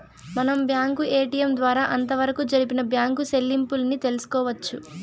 మనం bank ATM ద్వారా అంతవరకు జరిపిన బ్యాంకు సెల్లింపుల్ని తెలుసుకోవచ్చు